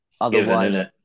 Otherwise